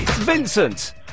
vincent